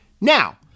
Now